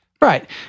Right